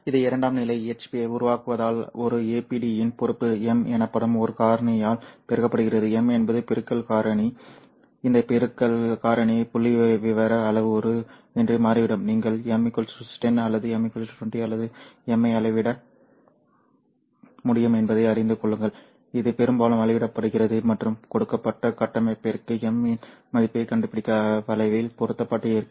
இது இரண்டாம் நிலை EHP ஐ உருவாக்குவதால் ஒரு APD இன் பொறுப்பு M எனப்படும் ஒரு காரணியால் பெருக்கப்படுகிறது M என்பது பெருக்கல் காரணி இந்த பெருக்கல் காரணி புள்ளிவிவர அளவுரு என்று மாறிவிடும் நீங்கள் M 10 அல்லது M 20 அல்லது M ஐ அளவிட முடியும் என்பதை அறிந்து கொள்ளுங்கள் இது பெரும்பாலும் அளவிடப்படுகிறது மற்றும் கொடுக்கப்பட்ட கட்டமைப்பிற்கு M இன் மதிப்பைக் கண்டுபிடிக்க வளைவில் பொருத்தப்பட்டிருக்கும்